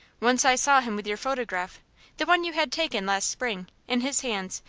once i saw him with your photograph the one you had taken last spring in his hands,